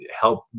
help